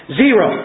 zero